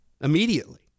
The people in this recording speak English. Immediately